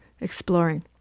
exploring